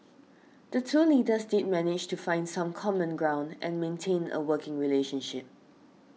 the two leaders did manage to find some common ground and maintain a working relationship